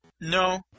No